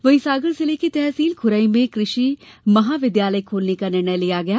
वही सागर जिले की तहसील खुरई में कृषि महाविद्यालय खोलने का निर्णय लिया गया है